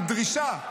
עם דרישה,